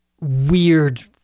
weird